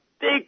big